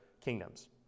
kingdoms